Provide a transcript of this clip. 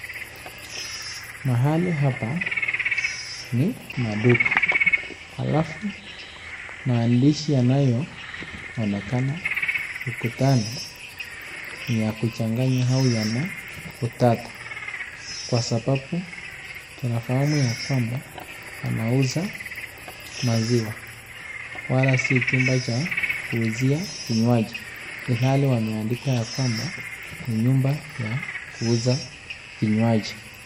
Mahali hapa ni maduka, halafu maandishi yanayoonekana ukutani ni ya kuchanganya au yana utata kwa sababu tunafahamu ya kwamba wanauza maziwa wala si chumba cha kuuzia vinywaji ilali wameandika ya kwamba ni nyumba ya kuuza vinywaji.